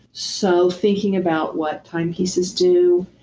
so thinking about what timepieces do,